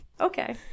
Okay